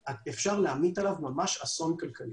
אלא כתפיסה של המדינה והיחס של המדינה אל המגזר השלישי.